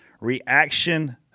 Reaction